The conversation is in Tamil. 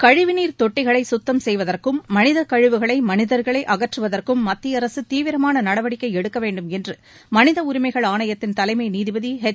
கழிவுநீர் தொட்டிகளை சுத்தம் செய்வதற்கும் மனிதக் கழிவுகளை மனிதர்களே அகற்றுவதற்கும் மத்திய அரசு தீவிரமான நடவடிக்கை எடுக்க வேண்டும் என்று மனித உரிமைகள் ஆணையத்தின் தலைமை நீதிபதி எச்